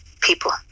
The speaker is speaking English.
people